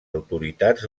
autoritats